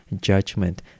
judgment